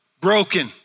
broken